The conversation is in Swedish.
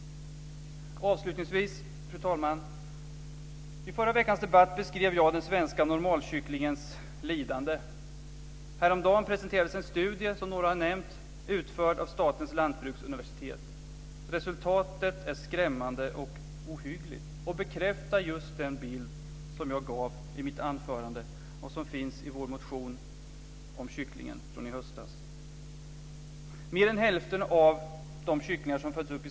Fru talman! I förra veckans debatt beskrev jag den svenska normalkycklingens lidande. Häromdagen presenterades en studie - som några har nämnt - utförd av Statens lantbruksuniversitet. Resultatet är skrämmande och ohyggligt, och bekräftar den bild jag gav i mitt anförande och som finns i vår motion från i höstas om kyckling.